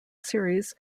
series